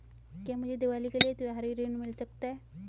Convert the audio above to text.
क्या मुझे दीवाली के लिए त्यौहारी ऋण मिल सकता है?